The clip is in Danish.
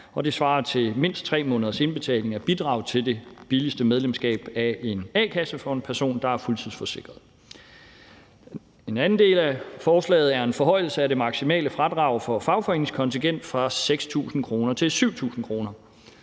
det svarer til mindst 3 måneders indbetaling af bidrag til det billigste medlemskab af en a-kasse for en person, der er fuldtidsforsikret. En anden del af forslaget er en forhøjelse af det maksimale fradrag for fagforeningskontingent fra 6.000 kr. til 7.000 kr.